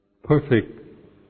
perfect